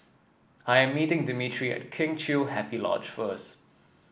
I am meeting Dimitri at Kheng Chiu Happy Lodge first